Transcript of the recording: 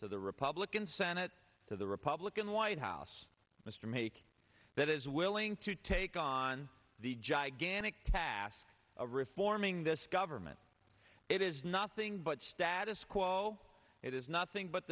to the republican senate to the republican white house mr make that is willing to take on the gigantic task of reforming this government it is nothing but status quo it is nothing but